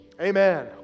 amen